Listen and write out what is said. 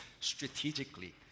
strategically